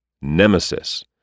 Nemesis